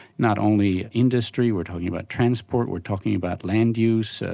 not only industry, we're talking about transport, we're talking about land use, ah